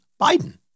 Biden